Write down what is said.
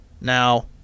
Now